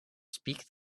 speak